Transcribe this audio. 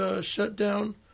shutdown